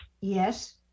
Yes